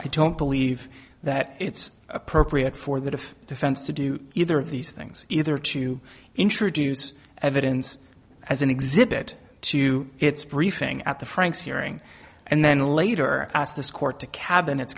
i don't believe that it's appropriate for that of defense to do either of these things either to introduce evidence as an exhibit to its briefing at the franks hearing and then later ask this court to cabin